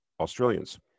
Australians